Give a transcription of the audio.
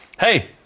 Hey